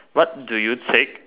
what do you take